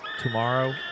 tomorrow